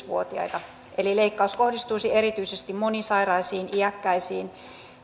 vuotiaita eli leikkaus kohdistuisi erityisesti monisairaisiin iäkkäisiin